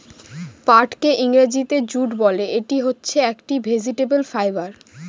পাটকে ইংরেজিতে জুট বলে, ইটা হচ্ছে একটি ভেজিটেবল ফাইবার